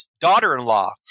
daughter-in-law